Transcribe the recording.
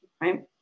right